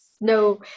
no